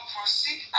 proceed